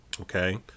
okay